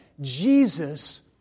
Jesus